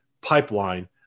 pipeline